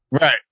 Right